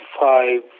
five